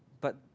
but